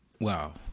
Wow